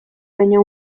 baina